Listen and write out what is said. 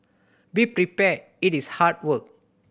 be prepared it is hard work